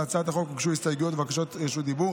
להצעת החוק הוגשו הסתייגויות ובקשות רשות דיבור.